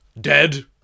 dead